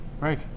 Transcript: Right